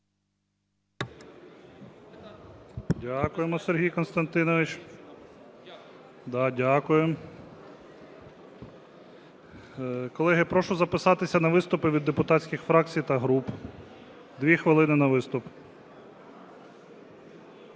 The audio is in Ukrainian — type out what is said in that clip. Дякуємо, Сергій Костянтинович. Да, дякуємо. Колеги, прошу записатися на виступи від депутатських фракцій та груп. Дві хвилини на виступ.